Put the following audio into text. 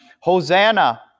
Hosanna